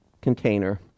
container